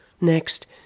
Next